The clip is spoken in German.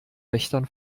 wächtern